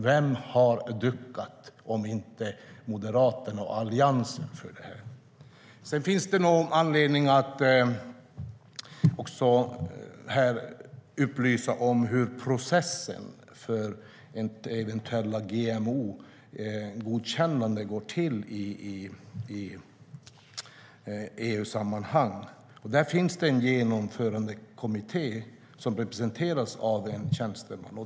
Vilka har duckat för detta om inte Moderaterna och Alliansen? Sedan finns det nog anledning att här också upplysa om hur processen för eventuella GMO-godkännanden går till i EU-sammanhang. Där finns det en genomförandekommitté som representeras av en tjänsteman.